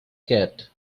cat